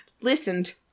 listened